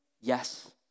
yes